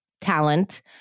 talent